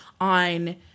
on